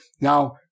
Now